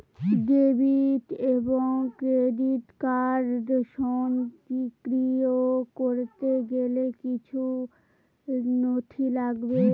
Debit এবং credit card সক্রিয় করতে গেলে কিছু নথি লাগবে?